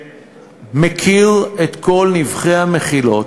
שמכיר את כל נבכי המחילות,